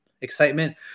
excitement